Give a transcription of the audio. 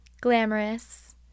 glamorous